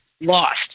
lost